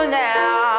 now